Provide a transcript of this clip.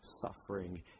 suffering